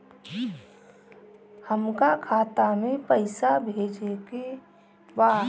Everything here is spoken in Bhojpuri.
हमका खाता में पइसा भेजे के बा